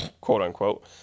quote-unquote